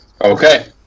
Okay